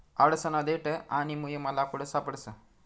आडसना देठ आणि मुयमा लाकूड सापडस